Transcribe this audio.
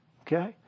Okay